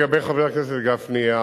לגבי חבר הכנסת גפני,